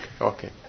okay